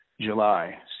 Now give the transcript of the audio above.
July